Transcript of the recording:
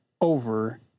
over